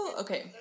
okay